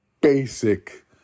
basic